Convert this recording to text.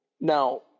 Now